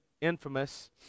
infamous